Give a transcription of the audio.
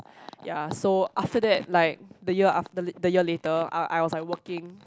ya so after that like the year after the year later I I was like working